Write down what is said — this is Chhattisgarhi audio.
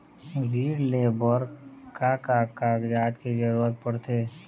ऋण ले बर का का कागजात के जरूरत पड़थे?